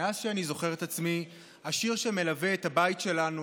מאז שאני זוכר את עצמי השיר שמלווה את הבית שלנו,